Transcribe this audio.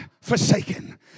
forsaken